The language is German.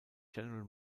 general